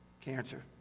Cancer